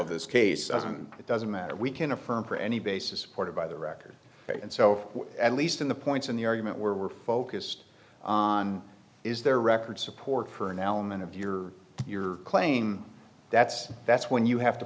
of this case doesn't it doesn't matter we can affirm for any basis supported by the record and so at least in the points in the argument we're focused on is there record support for an element of your your claim that's that's when you have to